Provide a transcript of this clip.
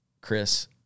Chris